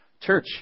Church